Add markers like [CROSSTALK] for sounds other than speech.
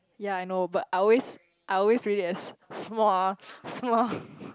yea I know but I always I always read it as smh smh [BREATH]